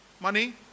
money